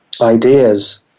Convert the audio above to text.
ideas